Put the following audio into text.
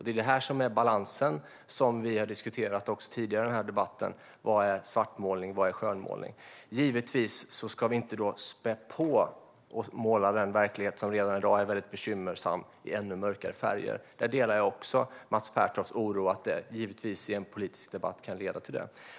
Det är det här som är balansgången som vi har diskuterat tidigare i den här debatten - vad är svartmålning, och vad är skönmålning? Givetvis ska vi inte spä på detta och måla den verklighet som redan i dag är bekymmersam i ännu mörkare färger. Jag delar Mats Pertofts oro att en politisk debatt kan leda till det.